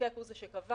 הוא זה שקבע